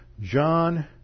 John